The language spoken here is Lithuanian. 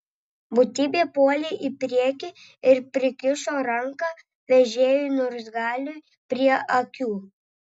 būtybė puolė į priekį ir prikišo ranką vežėjui niurzgaliui prie akių